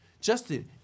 Justin